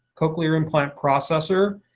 cochlear implant processor,